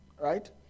right